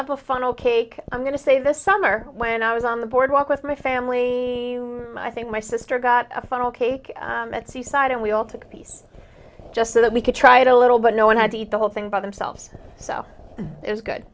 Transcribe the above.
of a funnel cake i'm going to say this summer when i was on the boardwalk with my family i think my sister got a funnel cake at seaside and we all took a piece just so that we could try it a little but no one had to eat the whole thing by themselves so it was good